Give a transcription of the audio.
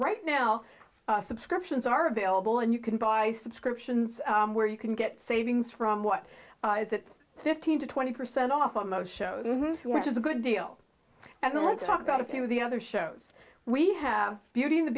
right now subscriptions are available and you can buy subscriptions where you can get savings from what is it fifteen to twenty percent off on most shows which is a good deal and let's talk about a few of the other shows we have beauty and the